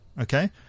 Okay